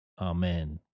Amen